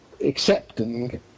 accepting